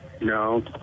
No